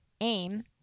AIM